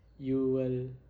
you will